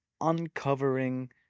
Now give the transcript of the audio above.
uncovering